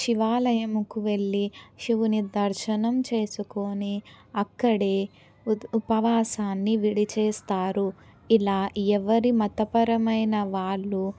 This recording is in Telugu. శివాలయంకు వెళ్ళి శివుని దర్శనం చేసుకొని అక్కడే ఉపవాసాన్ని విడిచేస్తారు ఇలా ఎవరి మతపరమైన వాళ్ళు